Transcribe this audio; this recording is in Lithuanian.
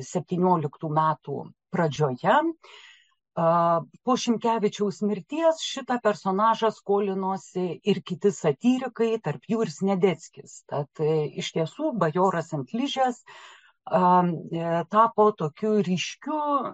septynioliktų metų pradžioje po šimkevičiaus mirties šitą personažą skolinosi ir kiti satyrikai tarp jų ir sniadeckis tat iš tiesų bajoras ant ližės tapo tokiu ryškiu